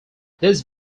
this